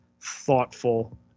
thoughtful